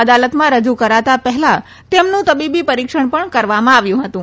અદાલતમાં રજૂ કરાતા પહેલાં તેમનું તબીબી પરીક્ષણ પણ કરવામાં આવ્યું હતું